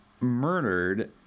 murdered